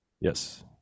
yes